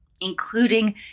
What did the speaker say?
including